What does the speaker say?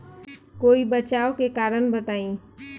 कोई बचाव के कारण बताई?